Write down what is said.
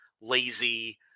lazy